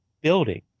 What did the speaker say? building